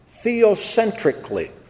theocentrically